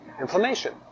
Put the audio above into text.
inflammation